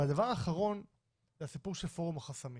הדבר האחרון זה הסיפור של פורום החסמים